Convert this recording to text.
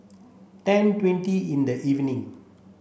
ten twenty in the evening